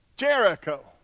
Jericho